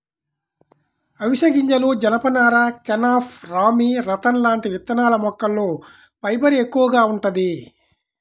అవిశె గింజలు, జనపనార, కెనాఫ్, రామీ, రతన్ లాంటి విత్తనాల మొక్కల్లో ఫైబర్ ఎక్కువగా వుంటది